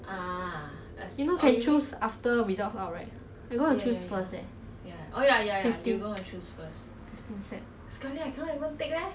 mm